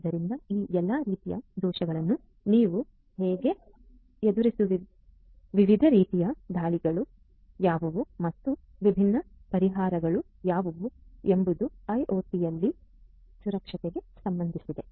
ಆದ್ದರಿಂದ ಈ ಎಲ್ಲಾ ರೀತಿಯ ದೋಷಗಳನ್ನು ನೀವು ಹೇಗೆ ಎದುರಿಸಲಿದ್ದೀರಿ ವಿವಿಧ ರೀತಿಯ ದಾಳಿಗಳು ಯಾವುವು ಮತ್ತು ವಿಭಿನ್ನ ಪರಿಹಾರಗಳು ಯಾವುವು ಎಂಬುದು ಐಐಒಟಿಯಲ್ಲಿ ಸುರಕ್ಷತೆಗೆ ಸಂಬಂಧಿಸಿದೆ